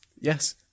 Yes